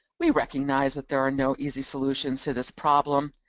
we recognize that there are no easy solutions to this problem,